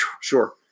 Sure